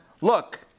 look